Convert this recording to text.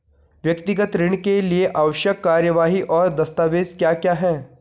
व्यक्तिगत ऋण के लिए आवश्यक कार्यवाही और दस्तावेज़ क्या क्या हैं?